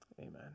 amen